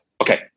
Okay